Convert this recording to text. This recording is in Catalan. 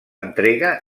entrega